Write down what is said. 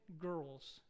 girls